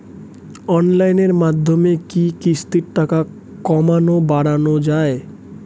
অনলাইনের মাধ্যমে কি কিস্তির টাকা কমানো বাড়ানো যায়?